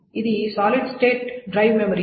ఇది solid state drive memory